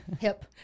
hip